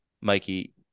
Mikey